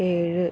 ഏഴ്